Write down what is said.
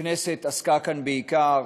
הכנסת עסקה כאן בעיקר